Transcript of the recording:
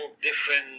different